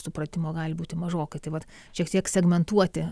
supratimo gali būti mažokai tai vat šiek tiek segmentuoti